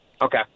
Okay